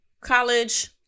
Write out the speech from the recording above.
college